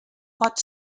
pot